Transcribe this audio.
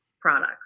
products